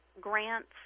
grants